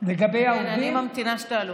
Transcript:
לגבי העובדים,